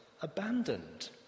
abandoned